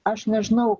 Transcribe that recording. aš nežinau